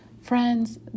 Friends